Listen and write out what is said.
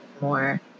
more